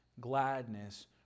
gladness